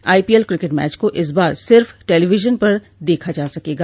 IPL cricket match को इस बार सिर्फ टेलीविजन पर देखा जा सकेगा